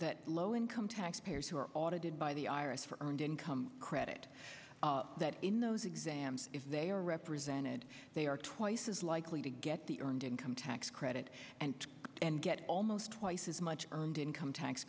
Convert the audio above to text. that low income tax pairs who are audited by the i r s for earned income credit that in those exams if they are represented they are twice as likely to get the earned income tax credit and and get almost twice as much earned income tax